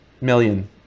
million